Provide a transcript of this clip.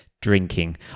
drinking